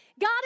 God